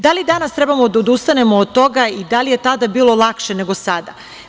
Da li danas treba da odustanemo od toga i da li je tada bilo lakše nego sada?